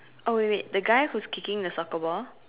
oh wait wait the guy who's kicking the soccer ball